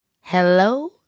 Hello